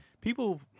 People